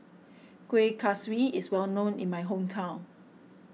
Kueh Kaswi is well known in my hometown